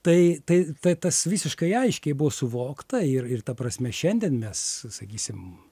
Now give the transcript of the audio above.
tai tai tai tas visiškai aiškiai buvo suvokta ir ir ta prasme šiandien mes sakysim